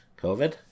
COVID